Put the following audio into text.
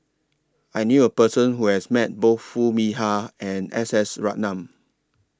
I knew A Person Who has Met Both Foo Mee Har and S S Ratnam